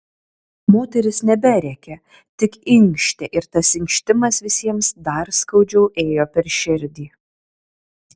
moteris neberėkė tik inkštė ir tas inkštimas visiems dar skaudžiau ėjo per širdį